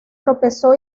tropezó